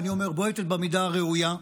ואני אומר, בועטת במידה הראויה.